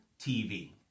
TV